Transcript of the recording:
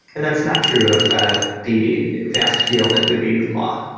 and that's not true of the vast field that could be law.